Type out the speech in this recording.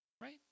right